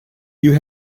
you